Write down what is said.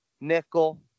nickel